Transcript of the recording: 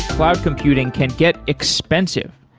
cloud computing can get expensive.